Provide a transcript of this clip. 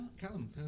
Callum